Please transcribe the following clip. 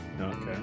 Okay